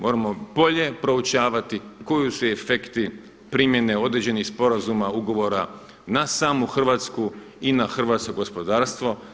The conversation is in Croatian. Moramo bolje proučavati koji su efekti primjene određenih sporazuma, ugovora na samu Hrvatsku i na hrvatsko gospodarstvo.